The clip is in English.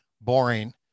boring